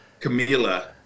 Camila